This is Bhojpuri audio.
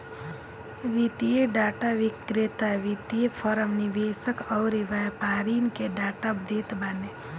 वित्तीय डाटा विक्रेता वित्तीय फ़रम, निवेशक अउरी व्यापारिन के डाटा देत बाने